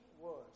words